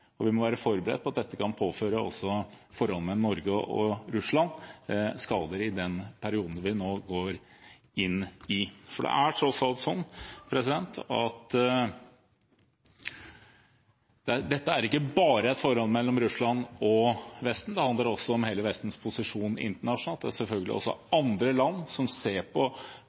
Vi må også være forberedt på at dette kan påføre forholdet mellom Norge og Russland skader i den perioden vi nå går inn i. For det er tross alt sånn at dette ikke bare dreier seg om forholdet mellom Russland og Vesten. Det handler også om hele Vestens posisjon internasjonalt. Det er selvfølgelig også andre land som ser på